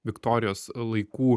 viktorijos laikų